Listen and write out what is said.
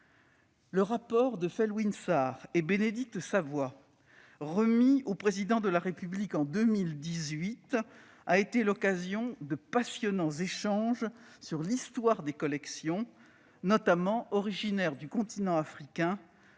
Le rapport de Felwine Sarr et Bénédicte Savoy remis au Président de la République en 2018 a été l'occasion de passionnants échanges sur l'histoire des collections, notamment originaires du continent africain,